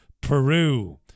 Peru